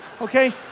okay